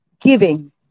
giving